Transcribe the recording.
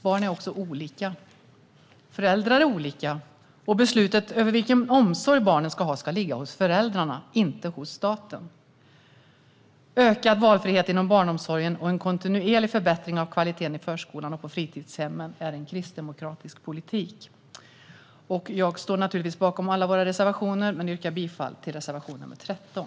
Barn är också olika, föräldrar är olika och beslutet om vilken omsorg barnen ska ha ska ligga hos föräldrarna, inte hos staten. Ökad valfrihet inom barnomsorgen och en kontinuerlig förbättring av kvaliteten i förskolan och på fritidshemmen är kristdemokratisk politik. Jag står naturligtvis bakom alla våra reservationer men yrkar bifall till reservation nr 13.